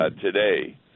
today